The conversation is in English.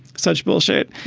such bullshit.